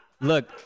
Look